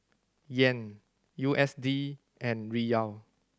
Yen U S D and Riyal